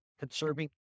conserving